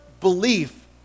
belief